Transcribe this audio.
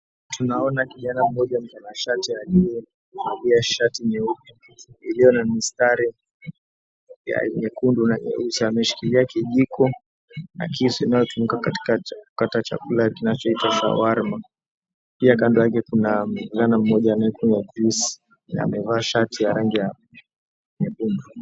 Tunaona kijana mmoja mtanashati aliyevalia shati nyeupe iliyo na mistari ya nyekundu na nyeusi, ameshikilia kijiko na kisu inayotumika katika kukata chakula kinachoitwa shawarma, pia kando yake kuna kijana mmoja anayekunywa juisi, na amevaa shati ya rangi ya nyekundu.